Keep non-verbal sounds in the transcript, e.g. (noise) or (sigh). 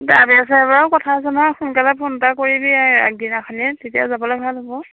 (unintelligible) সোনকালে ফোন এটা কৰিবি আৰু এক দিনাখনেই তেতিয়া যাবলে ভাল হ'ব